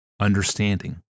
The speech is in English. understanding